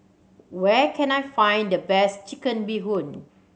where can I find the best Chicken Bee Hoon